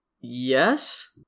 Yes